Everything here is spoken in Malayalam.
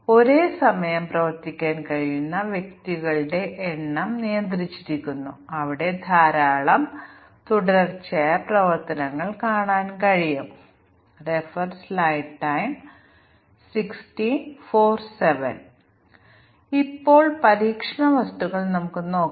ഇപ്പോൾ ഞങ്ങൾ ഞങ്ങളുടെ ഫംഗ്ഷൻ മൊഡ്യൂളുകൾ പരീക്ഷിച്ചുവെന്ന് കരുതുക ഇപ്പോൾ ഞങ്ങൾ എങ്ങനെ ഇന്റഗ്രേഷൻ ടെസ്റ്റിംഗ് നടത്താമെന്ന് നോക്കാം ഞങ്ങളുടെ ചർച്ചയുടെ തുടക്കത്തിൽ ഞങ്ങൾ എന്തുകൊണ്ട് ഇന്റഗ്രേഷൻ ടെസ്റ്റിംഗ് നടത്തണം എന്തുകൊണ്ട് യൂണിറ്റ് ടെസ്റ്റിംഗ് നടത്തണം തുടർന്ന് ഇന്റഗ്രേഷൻ ടെസ്റ്റിംഗ് നടത്തണം തുടർന്ന് സിസ്റ്റം പരിശോധന നടത്തണം എന്നു നോക്കും